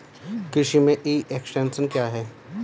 कृषि में e extension क्या है?